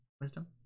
Wisdom